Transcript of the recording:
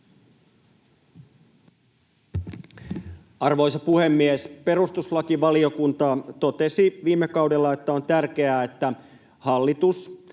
Arvoisa puhemies! Perustuslakivaliokunta totesi viime kaudella, että on tärkeää, että hallitus